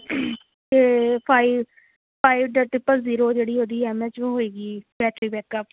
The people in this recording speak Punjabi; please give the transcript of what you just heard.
ਅਤੇ ਫਾਈਵ ਫਾਈਵ ਡ ਟ੍ਰਿਪਲ ਜ਼ੀਰੋ ਜਿਹੜੀ ਉਹਦੀ ਐੱਮ ਐੱਚ ਹੋਏਗੀ ਬੈਟਰੀ ਬੈਕਅਪ